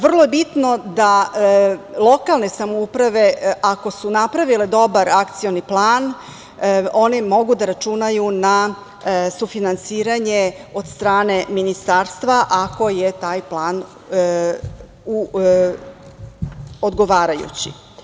Vrlo je bitno da lokalne samouprave ako su napravile dobar akcioni plan, one mogu da računaju na sufinansiranje od strane Ministarstva ako je taj plan odgovarajući.